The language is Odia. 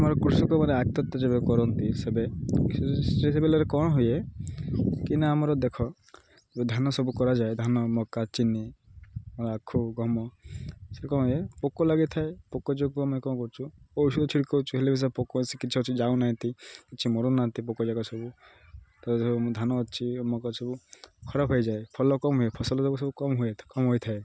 ଆମର କୃଷକମାନେ ଯେବେ କରନ୍ତି ସେବେ ବିଲରେ କ'ଣ ହୁଏ କିନା ଆମର ଦେଖ ଧାନ ସବୁ କରାଯାଏ ଧାନ ମକା ଚିନି ଆଖୁ ଗହମ ସେଇଠି କ'ଣ ହୁଏ ପୋକ ଲାଗିଥାଏ ପୋକ ଯୋଗୁଁ ଆମେ କ'ଣ କରୁଛୁ ଔଷଧ ଛିଡ଼୍କଉଛୁ ହେଲେ ବି ସେ ପୋକ ସେ କିଛି ଅଛି ଯାଉନାହାଁନ୍ତି କିଛି ମରୁନାହାନ୍ତି ପୋକ ଯାକ ସବୁ ତ ମୁଁ ଧାନ ଅଛି ମକା ସବୁ ଖରାପ ହେଇଯାଏ ଫଳ କମ୍ ହୁଏ ଫସଲ ଯାକ ସବୁ କମ୍ ହୁଏ କମ୍ ହୋଇଥାଏ